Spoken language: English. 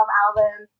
album